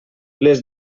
les